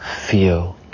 feel